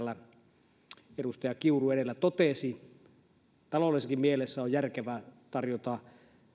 kuten täällä edustaja kiuru edellä totesi on järkevää tarjota